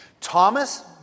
Thomas